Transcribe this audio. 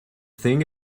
thing